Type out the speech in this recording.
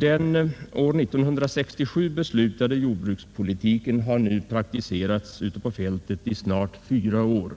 Den år 1967 beslutade jordbrukspolitiken har nu praktiserats ute på fältet i snart fyra år.